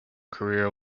career